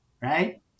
right